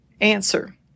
Answer